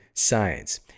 science